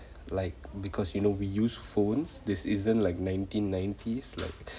like because you know we use phones this isn't like nineteen nineties like